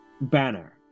banner